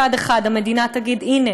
מצד אחד המדינה תגיד: הנה,